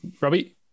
Robbie